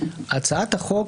הצעת החוק,